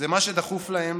מה שדחוף להם